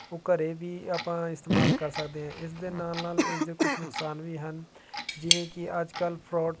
ਉਹ ਘਰੇ ਵੀ ਆਪਾਂ ਇਸਤੇਮਾਲ ਕਰ ਸਕਦੇ ਹਾਂ ਇਸ ਦੇ ਨਾਲ ਨਾਲ ਇਸ ਦੇ ਕੁਝ ਨੁਕਸਾਨ ਵੀ ਹਨ ਜਿਵੇਂ ਕਿ ਅੱਜ ਕੱਲ੍ਹ ਫਰੋਡ